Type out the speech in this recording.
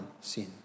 sin